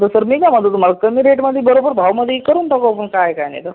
तर सर मी काय म्हणतो तुम्हाला कमी रेटमध्ये बरोबर भावामध्ये करून टाकू आपण काय काय नाही तर